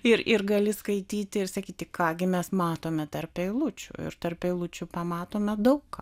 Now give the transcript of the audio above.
ir ir gali skaityti ir sakyti ką gi mes matome tarp eilučių ir tarp eilučių pamatome daug ką